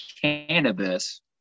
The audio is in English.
cannabis